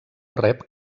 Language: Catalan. rep